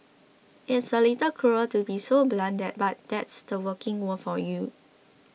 it's a little cruel to be so blunt but that's the working world for you